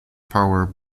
power